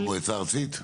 במועצה הארצית?